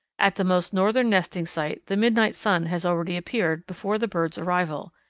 at the most northern nesting site the midnight sun has already appeared before the birds' arrival,